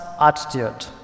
attitude